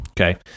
Okay